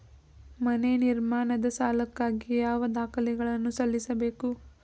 ಮನೆ ನಿರ್ಮಾಣದ ಸಾಲಕ್ಕಾಗಿ ಯಾವ ದಾಖಲೆಗಳನ್ನು ಸಲ್ಲಿಸಬೇಕು?